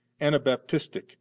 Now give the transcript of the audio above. anabaptistic